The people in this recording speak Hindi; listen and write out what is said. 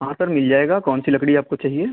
हाँ सर मिल जाएगा कौन सी लकड़ी आपको चाहिए